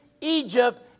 Egypt